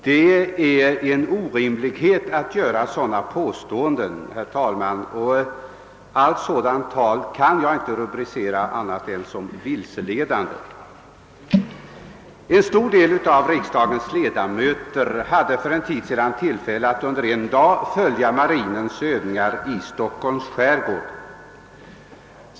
Det är orimligt att påstå något sådant. Allt tal av detta slag kan jag inte rubricera som annat än vilseledande. En stor del av riksdagens ledamöter hade för en tid sedan tillfälle att under en dag följa marinens övningar i Stockholms skärgård.